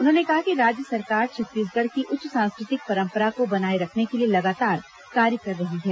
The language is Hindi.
उन्होंने कहा कि राज्य सरकार छत्तीसगढ़ की उच्च सांस्कृतिक परम्परा को बनाए रखने के लिए लगातार कार्य कर रही है